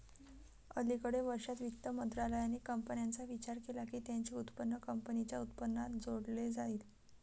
अलिकडे वर्षांत, वित्त मंत्रालयाने कंपन्यांचा विचार केला की त्यांचे उत्पन्न कंपनीच्या उत्पन्नात जोडले जाईल